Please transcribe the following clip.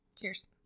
Cheers